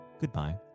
goodbye